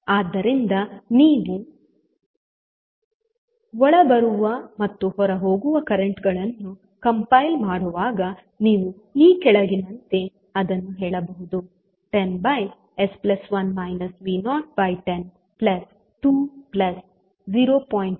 ಆದ್ದರಿಂದ ನೀವು ಒಳಬರುವ ಮತ್ತು ಹೊರಹೋಗುವ ಕರೆಂಟ್ ಗಳನ್ನು ಕಂಪೈಲ್ ಮಾಡುವಾಗ ನೀವು ಈ ಕೆಳಗಿನಂತೆ ಅದನ್ನು ಹೇಳಬಹುದು 10s1 V01020